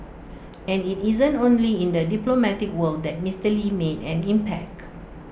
and IT isn't only in the diplomatic world that Mister lee made an impact